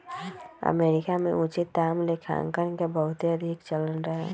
America में उचित दाम लेखांकन के बहुते अधिक चलन रहै